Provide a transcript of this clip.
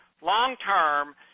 long-term